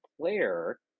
player